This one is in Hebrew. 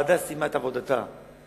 הוועדה סיימה את עבודתה במהירות,